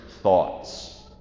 thoughts